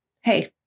Hey